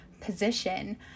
position